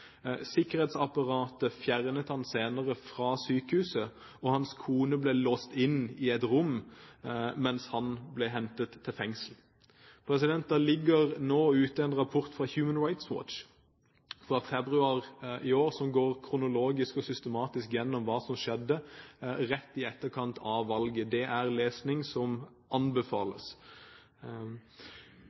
Sikkerhetsapparatet fjernet ham senere fra sykehuset, og hans kone ble låst inne i et rom mens han ble hentet til fengsel. Det ligger nå ute en rapport fra Human Rights Watch fra februar i år som går kronologisk og systematisk gjennom hva som skjedde rett i etterkant av valget. Det er lesning som anbefales.